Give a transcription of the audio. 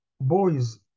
Boys